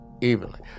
evenly